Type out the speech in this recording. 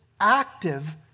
active